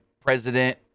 president